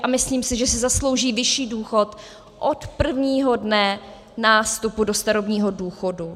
A myslím si, že si zaslouží vyšší důchod od prvního dne nástupu do starobního důchodu.